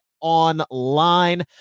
Online